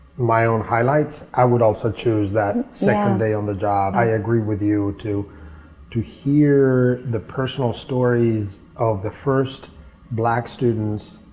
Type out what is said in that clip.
my own highlights, i would also choose that second day on the job. i agree with you to to hear the personal stories of the first black students